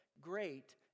great